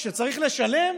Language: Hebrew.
כשצריך לשלם,